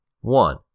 One